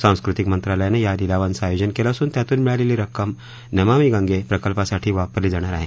सांस्कृतिक मंत्रालयानं या लिलावाचं आयोजन केलं असून त्यातून मिळालेली रक्कम नमामी गंगे प्रकल्पासाठी वापरली जाणार आहे